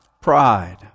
pride